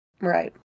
Right